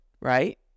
right